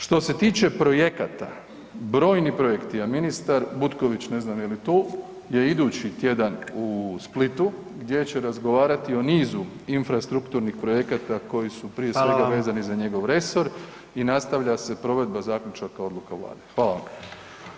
Što se tiče projekata, brojni projekti, a ministar Butković, ne znam je li tu, je idući tjedan u Splitu gdje će razgovarati o nizu infrastrukturnih projekata koji su prije svega vezani za njegov resor i nastavlja se provedba zaključaka, odluka Vlade.